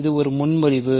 இது ஒரு முன்மொழிவு